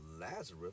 Lazarus